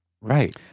Right